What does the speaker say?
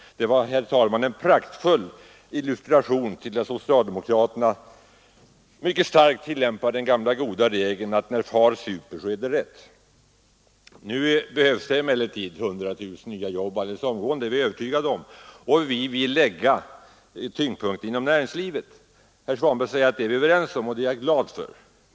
Det var, herr talman, en praktfull illustration till att socialdemokraterna ivrigt tillämpar den gamla regeln att när far super, är det rätt. Vi är emellertid helt övertygade om att det nu omgående behövs 100 000 nya jobb, och vi vill i arbetet härpå lägga tyngdpunkten inom näringslivet. Herr Svanberg säger att vi är överens om detta, och det är jag glad för.